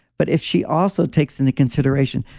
but if she also takes into consideration,